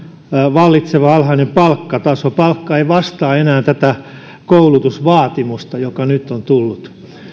vallitseva alhainen palkkataso palkka ei vastaa enää tätä koulutusvaatimusta joka nyt on tullut